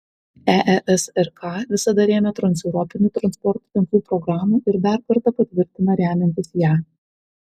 eesrk visada rėmė transeuropinių transporto tinklų programą ir dar kartą patvirtina remiantis ją